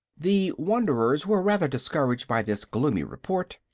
the wanderers were rather discouraged by this gloomy report,